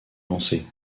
lancer